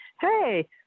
hey